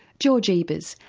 george ebers,